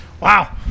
Wow